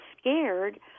scared